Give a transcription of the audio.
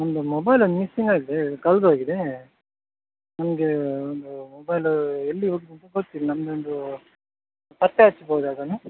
ನಮ್ಮದು mobile one missing ಆಗಿದೆ ಕಳ್ದೋಗಿದೆ ನಮಗೆ ಒಂದು ಮೊಬೈಲೂ ಎಲ್ಲಿ ಹೋಗಿದೆ ಅಂತ ಗೊತ್ತಿಲ್ಲ ನಮ್ಮದೊಂದು ಪತ್ತೆ ಹಚ್ಬೋದ ಅದನ್ನು